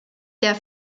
der